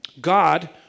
God